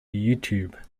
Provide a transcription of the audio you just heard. youtube